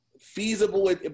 feasible